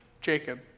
Jacob